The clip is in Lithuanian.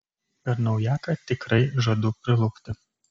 per naujaką tikrai žadu prilupti